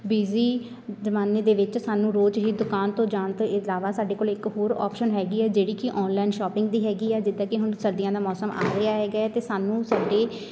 busy ਜ਼ਮਾਨੇ ਦੇ ਵਿੱਚ ਸਾਨੂੰ ਰੋਜ਼ ਹੀ ਦੁਕਾਨ ਤੋਂ ਜਾਣ ਤੋਂ ਇਲਾਵਾ ਸਾਡੇ ਕੋਲ ਇੱਕ ਹੋਰ ਔਪਸ਼ਨ ਹੈਗੀ ਹੈ ਜਿਹੜੀ ਕਿ ਔਨਲਾਈਨ ਸ਼ੋਂਪਿੰਗ ਦੀ ਹੈਗੀ ਹੈ ਜਿੱਦਾਂ ਕਿ ਹੁਣ ਸਰਦੀਆਂ ਦਾ ਮੌਸਮ ਆ ਰਿਹਾ ਹੈਗਾ ਅਤੇ ਸਾਨੂੰ ਸਾਡੇ